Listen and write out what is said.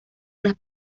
unas